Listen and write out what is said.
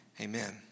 amen